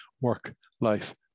work-life